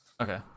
Okay